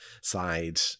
side